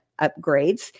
upgrades